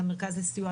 את המרכז לסיוע.